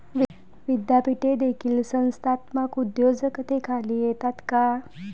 विद्यापीठे देखील संस्थात्मक उद्योजकतेखाली येतात का?